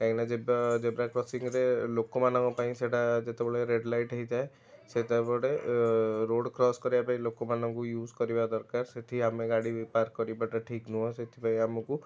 କାହିଁକି ନା zebra zebra crossing ରେ ଲୋକମାନଙ୍କ ପାଇଁ ସେଇଟା ଯେତେବେଳେ ରେଡ୍ ଲାଇଟ୍ ହେଇଥାଏ ସେତେବେଳେ ରୋଡ୍ କ୍ରସ୍ କରିବା ପାଇଁ ଲୋକ ମାନଙ୍କୁ ୟୁଜ୍ କରିବା ଦରକାର ସେଠି ଆମେ ଗାଡ଼ି ପାର୍କ କରିବା ଟା ଠିକ ନୁହଁ ସେଥିପାଇଁ ଆମକୁ